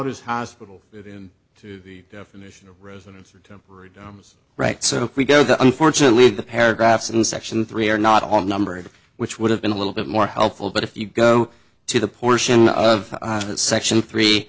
does hospital it in to the definition of residence for temporary domes right sort of we go there unfortunately the paragraphs in section three are not all number of which would have been a little bit more helpful but if you go to the portion of that section three